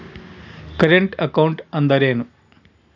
Current account ಅಂದರೇನು?